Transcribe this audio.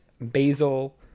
basil